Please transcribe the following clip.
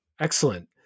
excellent